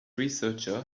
researcher